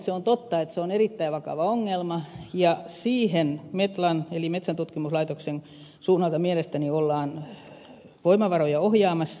se on totta että se on erittäin vakava ongelma ja siihen metlan eli metsäntutkimuslaitoksen suunnalta mielestäni ollaan voimavaroja ohjaamassa